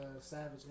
Savage